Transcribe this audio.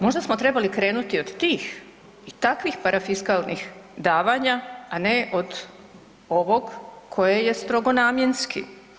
Možda smo trebali krenuti od tih i takvih parafiskalnih davanja, a ne od ovog koje je strogo namjenski.